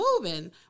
moving